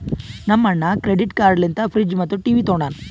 ನಮ್ ಅಣ್ಣಾ credit card ಲಿಂತೆ ಫ್ರಿಡ್ಜ್ ಮತ್ತ ಟಿವಿ ತೊಂಡಾನ